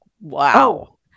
wow